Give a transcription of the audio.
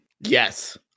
Yes